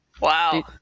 Wow